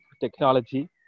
technology